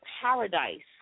paradise